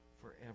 forever